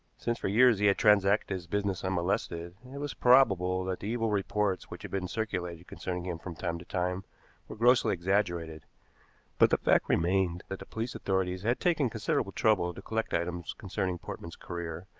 since for years he had transacted his business unmolested, it was probable that the evil reports which had been circulated concerning him from time to time were grossly exaggerated but the fact remained that the police authorities had taken considerable trouble to collect items concerning portman's career,